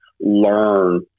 learn